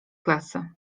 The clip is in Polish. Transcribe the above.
klasy